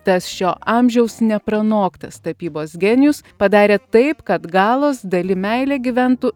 tas šio amžiaus nepranoktas tapybos genijus padarė taip kad galos dali meilė gyventų